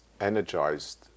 energized